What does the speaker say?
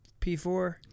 P4